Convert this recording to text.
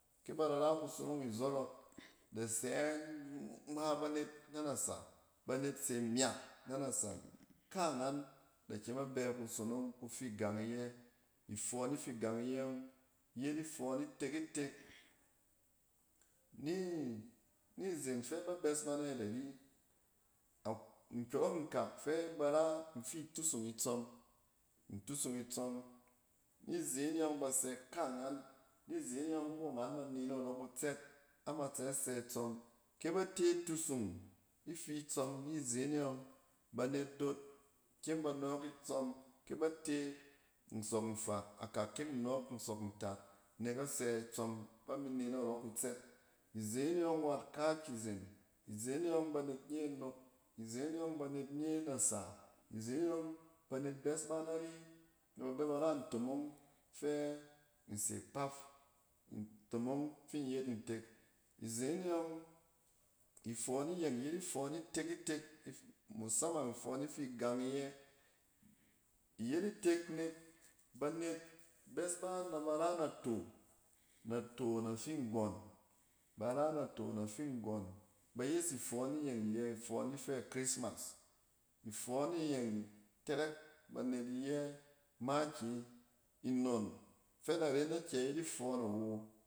Kɛ ba da ra kusonong izɔrɔk dɛ sɛɛn ngma banet na nasa, banet sa myak na nasa. Ka'angan da kyem abɛ kusonong kufi gang iyɛ, ifɔɔn ifi gang iyɛ ɔng yet ifɔɔn itek-itek. Ni-nizen fɛ ba bɛs na nayɛt ari, ak-nkyɔrɔk in kak fɛ ba ra, nfi tusung itsɔm, intusung itsɔm. Nizen e ɔng basɔ ka'angan, nizen e ɔng ka ngan ma ne narɔ kutsɛt, ama tsɛ sɛ itsɔm. Kɛ ba te tusung ifi tsɔm ni zeen e yɔng banet dot kyem ba nɔɔk itsɔm. Kɛba tɛ nsɔk nfaa, akak kyem nɔɔk nsɔk ntaat nek a sɛ itsɔm ba mi ne narɔ kutsɛt. Izeen e yɔng wat kaakizen. Izeen e yɔng, banet nye inok, izeen e ɔng banet nye nasa, izeen e yɔng banet bɛs bɛ nari nɛ ba bɛ ba ra ntomong fɛ in se kpaf, intomong fin yet ntek. Izeen e yɔng, ifɔɔn iyeng yet ifɔɔn itek-itek mussaman ifɔɔn ifi gang iyɛ. Iyet itek nek banet bɛs ba na ba ra nato, nato na fi nggɔn ba ra nato nafi nggɔn. Bayes ifɔɔn iyeng yɛ ifɔɔn ifɛ christmas. Ifɔɔne yeng terɛk banet iyɛ makiyi. Nnon fɛ na ren akyɛ yet ifɔɔn awo